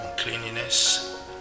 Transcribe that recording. cleanliness